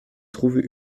trouve